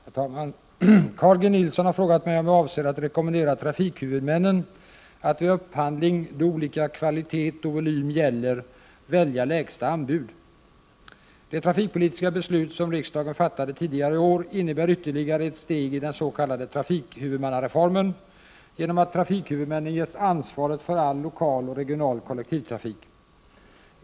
Herr talman! Carl G Nilsson har frågat mig om jag avser att rekommendera trafikhuvudmännen att vid upphandling då lika kvalitet och volym gäller välja lägsta anbud. Det trafikpolitiska beslut som riksdagen fattade tidigare i år innebär ytterligare ett steg i den s.k. trafikhuvudmannareformen genom att trafikhuvudmännen ges ansvaret för all lokal och regional kollektivtrafik.